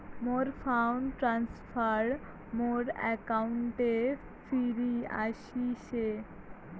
মোর fund transfer মোর অ্যাকাউন্টে ফিরি আশিসে